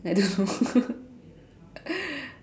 I don't know